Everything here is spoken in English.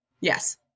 Yes